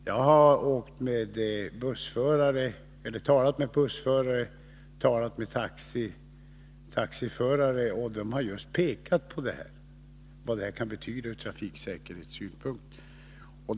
Jag har talat med bussförare och taxiförare som just har pekat på vad detta kan betyda ur trafiksäkerhetssynpunkt.